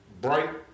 Bright